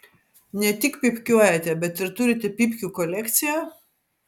ne tik pypkiuojate bet ir turite pypkių kolekciją